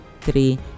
three